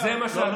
אתם בריונים.